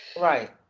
Right